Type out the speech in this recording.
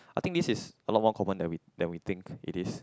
I think this is a lot more common than we than we think it is